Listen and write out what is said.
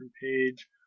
page